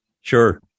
Sure